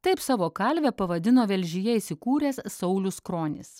taip savo kalvę pavadino velžyje įsikūręs saulius kronis